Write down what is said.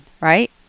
right